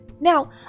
Now